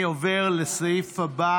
אני עובר לסעיף הבא